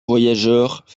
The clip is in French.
voyageurs